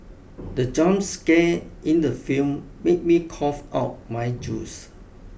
the jump scare in the film made me cough out my juice